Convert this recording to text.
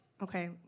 Okay